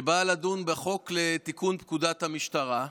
שבאה לדון בחוק לתיקון פקודת המשטרה,